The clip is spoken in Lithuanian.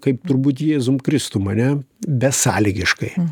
kaip turbūt jėzum kristum ane besąlygiškai